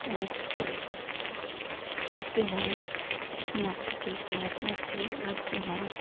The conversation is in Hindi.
वो फूलते है तो खिलते हैं तो इतने खिलते हैं इतने अच्छे लगते हैं